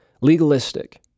Legalistic